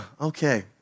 okay